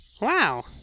Wow